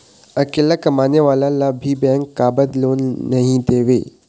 अकेला कमाने वाला ला भी बैंक काबर लोन नहीं देवे?